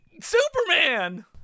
Superman